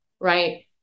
right